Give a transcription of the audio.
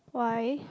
why